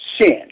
sin